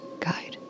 Guide